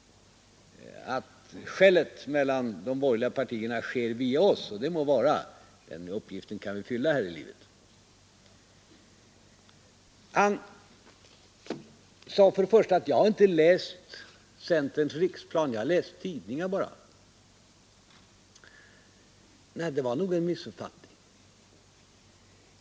Skället mellan de borgerliga partierna sker via oss, och det må vara hänt — den uppgiften kan vi fylla här i livet. Herr Fälldin sade först och främst att jag inte hade läst centerns riksplan; jag hade bara läst tidningar. Nej, det är nog en missuppfattning.